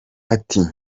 ati